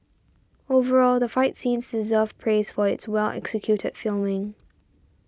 overall the fight scenes deserve praise for its well executed filming